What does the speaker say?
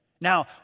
Now